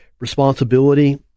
responsibility